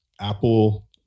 apple